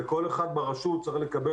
וכל אחד ברשות צריך לקבל,